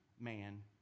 man